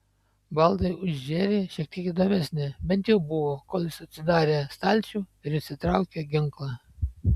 baldai už džerį šiek tiek įdomesni bent jau buvo kol jis atsidarė stalčių ir išsitraukė ginklą